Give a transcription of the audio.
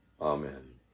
Amen